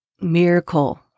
miracle